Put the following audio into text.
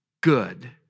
good